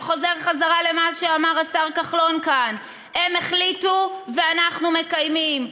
זה חוזר למה שאמר השר כחלון כאן: הם החליטו ואנחנו מקיימים,